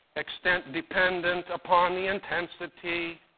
extent dependent upon the intensity.